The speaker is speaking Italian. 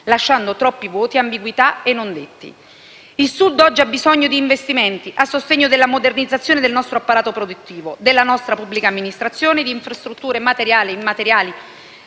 lasciando troppi vuoti, ambiguità e non detti. Il Sud oggi ha bisogno di investimenti a sostegno della modernizzazione del nostro apparato produttivo, della nostra pubblica amministrazione e di infrastrutture materiali e immateriali,